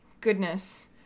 goodness